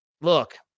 look